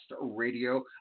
radio